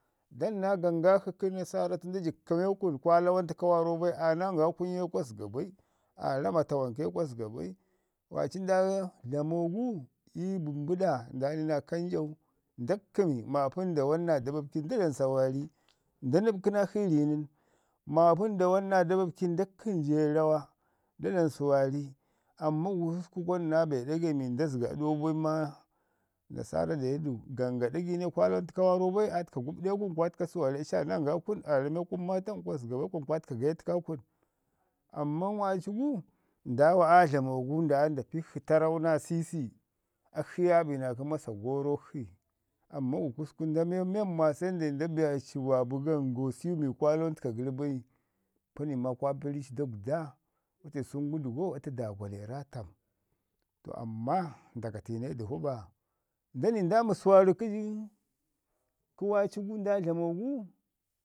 damna gangak shi kə nasarra tən da jəb kkəmau, kun kwa lawan təko waarro bai aa nanga kun ye kwa jəga bai aa rama tawanke kwa zəga bai. Waaci nda dlamo gu ii bəmbəɗo nda ni naa kanjau, da kkəmi, maapəndawaɗ naa dababkin da kkəmi je rawa, dadlam suwaari. Amman gususku kwa nina be ɗagai mi nda zoga a ɗau bai ma nasara de du, ganga ɗagai ne kwa lawan təka waarrau bai aa təka guɓɗe kun kwa təka suwaari, aci aa nanga kun, aa rame kun maa tan kwa zəga bai kwa təka gaya təka kun. Amman waaci gu, ndaawa aa dlamo gu, ndaya nda pikshi tarrau naa sisi, akshi ye aa bi naa kə masa garrak shi, amman gususku nda meu men ma se nda biyarci babu gangau siwu waarro kwa lawan təka gəri bai, kwa ni maa kwa bari ci daguda, wate gusku atu dagwale rra tam. To amman nda katine dəvu ba, da ni nda mi suwari kə waari gu nda dlamo gu.